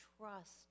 trust